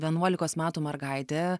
vienuolikos metų mergaitė